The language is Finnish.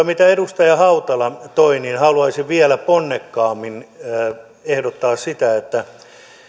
mitä edustaja hautala toi niin haluaisin vielä ponnekkaammin ehdottaa sitä että